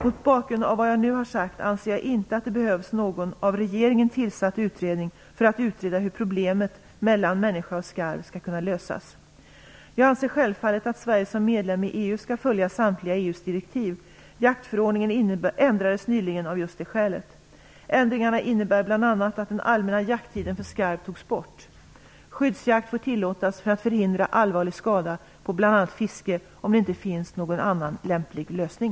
Mot bakgrund av vad jag nu har sagt anser jag inte att det behövs någon av regeringen tillsatt utredning för att utreda hur problemet mellan människa och skarv skall kunna lösas. Jag anser självfallet att Sverige som medlem i EU skall följa samtliga EU:s direktiv. Jaktförordningen ändrades nyligen av just det skälet. Ändringarna innebär bl.a. att den allmänna jakttiden för skarv togs bort. Skyddsjakt får tillåtas för att förhindra allvarlig skada på bl.a. fiske om det inte finns någon annan lämplig lösning.